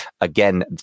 again